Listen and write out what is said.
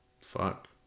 Fuck